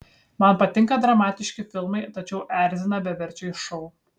man patinka dramatiški filmai tačiau erzina beverčiai šou